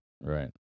Right